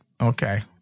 Okay